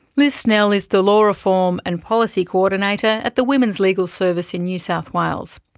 liz snell is the law reform and policy coordinator at the women's legal service in new south wales.